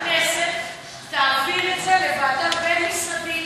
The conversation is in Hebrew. ועדת הכנסת תעביר את זה לוועדה בין-משרדית